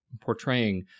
portraying